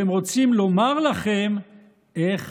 והם רוצים לומר לכם איך